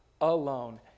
alone